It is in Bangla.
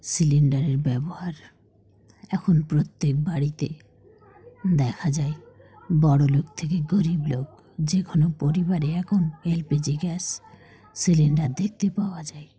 সিলিন্ডারের ব্যবহার এখন প্রত্যেক বাড়িতে দেখা যায় বড়লোক থেকে গরিবলোক যে কোনো পরিবারে এখন L P G gas cylinder দেখতে পাওয়া যায়